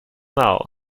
now